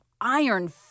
iron